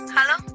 Hello